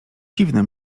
dziwne